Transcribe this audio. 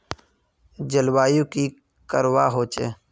जलवायु की करवा होचे?